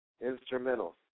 instrumental